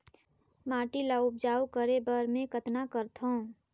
माटी ल उपजाऊ करे बर मै कतना करथव?